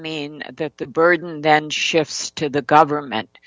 mean that the burden then shifts to the government